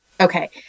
Okay